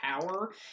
power